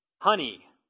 honey